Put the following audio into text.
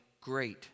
great